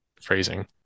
Phrasing